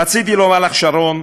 רציתי לומר לך, שרון,